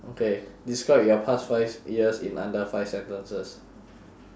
okay describe your past five years in under five sentences